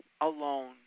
alone